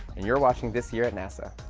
and you're watching this year nasa.